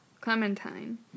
Clementine